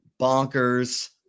bonkers